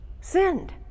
sinned